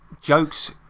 jokes